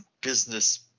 business